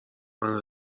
منو